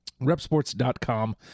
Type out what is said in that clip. repsports.com